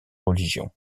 religion